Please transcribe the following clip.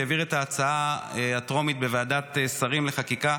שהעביר את ההצעה הטרומית בוועדת שרים לחקיקה,